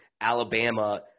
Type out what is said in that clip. Alabama –